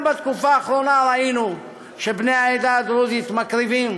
גם בתקופה האחרונה ראינו שבני העדה הדרוזית מקריבים,